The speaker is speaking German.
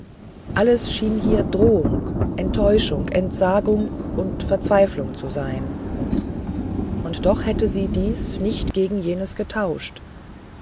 alles schien hier drohung enttäuschung entsagung und verzweiflung zu sein und doch hätte sie dies nicht gegen jenes vertauscht